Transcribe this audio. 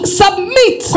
submit